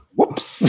Whoops